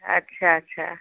अच्छा अच्छा